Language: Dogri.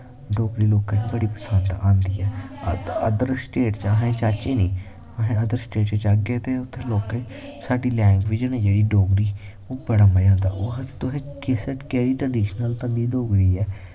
डोगरी लोकें गी बड़ी पसंदा आंदी ऐ आदर स्टेट च अस जाचे नी अस अदर स्टेट च जाह्गे ते उत्थें लोकेंसाढ़ी लैंगवेज़ होनी जेह्ड़ा डोगरी ओ बड़ा मज़ा आंदा ओह् आखदे तुसै किस केह्ड़ी ट्रडिशनल दा डोगरी ऐ